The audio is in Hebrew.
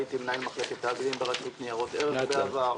הייתי מנהל מחלקת תאגידים ברשות ניירות ערך בעבר.